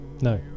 no